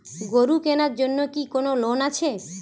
গরু কেনার জন্য কি কোন লোন আছে?